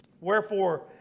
Wherefore